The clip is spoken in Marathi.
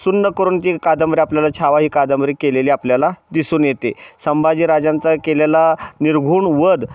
सुन्न करून ती कादंबरी आपल्याला छवा ही कादंबरी केलेली आपल्याला दिसून येते संभाजी राजांचा केलेला निर्घृण वध